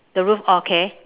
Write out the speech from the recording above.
the roof oh okay